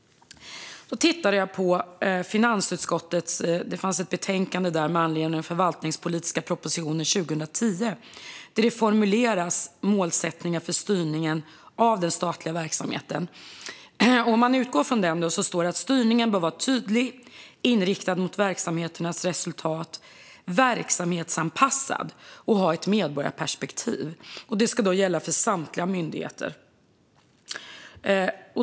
Jag tittade på ett betänkande från finansutskottet med anledning av den förvaltningspolitiska propositionen 2010. Där formuleras målsättningen för styrningen av den statliga verksamheten. Det står att "styrningen bör vara tydlig, inriktad mot verksamheternas resultat, verksamhetsanpassad och ha ett medborgarperspektiv". Det ska gälla samtliga myndigheter.